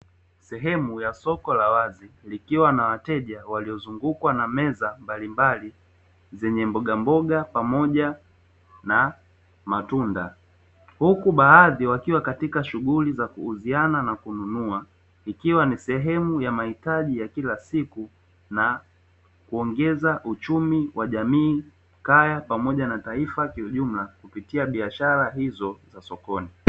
Sehemu ya soko la wazi, ikiwa na wateja waliozungukwa na meza mbalimbali, zenye mbogamboga pamoja na matunda, huku baadhi wakiwa katika shughuli za kuuziana na kununua, ikiwa ni sehemu ya mahitaji ya kila siku na kuongeza uchumi wa jamii, kaya pamoja na taifa kiujumla kupitia biashara hizo za sokoni.